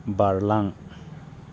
बारलां